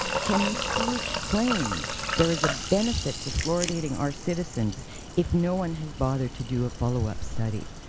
can we truly claim there is a benefit to floridating our citizens if no one has bothered to do a follow-up study?